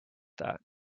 that